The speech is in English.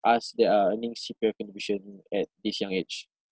us that are earning C_P_F contribution at this young age